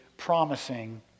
Promising